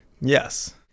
Yes